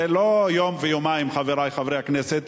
זה לא יום ויומיים, חברי חברי הכנסת.